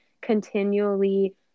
continually